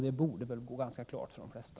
Det borde väl stå klart för de flesta.